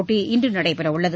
போட்டி இன்று நடைபெறவுள்ளது